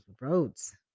roads